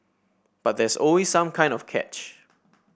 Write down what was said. but there's always some kind of catch